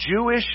Jewish